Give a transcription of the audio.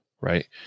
Right